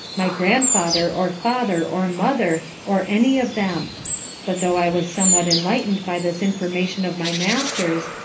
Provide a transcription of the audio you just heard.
my grandfather, or father, or mother, or any of them but though i was somewhat enlighten'd by this information of my master's,